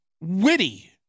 witty